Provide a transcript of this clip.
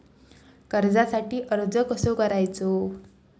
कर्जासाठी अर्ज कसो करायचो?